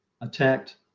attacked